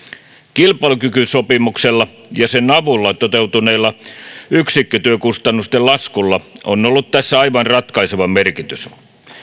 kilpailukykysopimuksella ja sen avulla toteutuneella yksikkötyökustannusten laskulla on ollut tässä aivan ratkaiseva merkitys